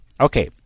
Okay